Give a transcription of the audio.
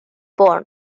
born